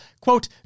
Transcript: quote